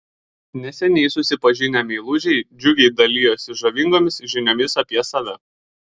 neseniai susipažinę meilužiai džiugiai dalijosi žavingomis žiniomis apie save